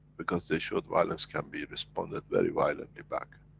because, they showed violence can be responded very violently back.